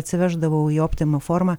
atsiveždavau į optima forma